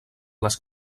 les